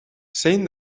zein